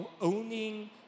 owning